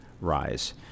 rise